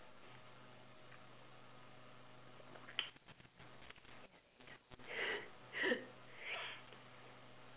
yes